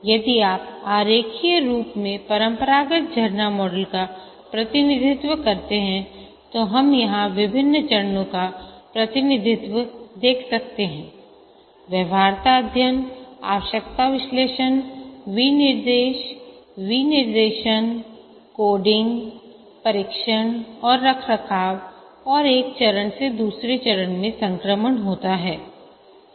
यदि आप आरेखीय रूप में परंपरागत झरना मॉडल का प्रतिनिधित्व करते हैं तो हम यहां विभिन्न चरणों का प्रतिनिधित्व देख सकते हैं व्यवहार्यता अध्ययन आवश्यकता विश्लेषण विनिर्देश विनिर्देशन कोडिंग परीक्षण और रखरखाव और एक चरण से दूसरे चरण में संक्रमण होता है